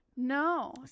No